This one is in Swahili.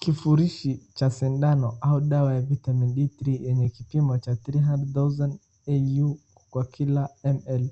Kifurushi cha sindano au dawa ya viatmin D3 yenye kipimo three hundrend thousand au kwa kila ml.